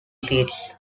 seats